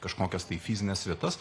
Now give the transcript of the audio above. kažkokias tai fizines vietas